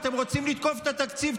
אתם רוצים לתקוף את התקציב,